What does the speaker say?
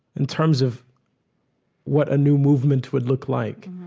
in terms of what a new movement would look like,